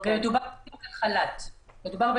מדובר בחל"ת.